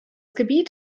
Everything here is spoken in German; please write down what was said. gebiet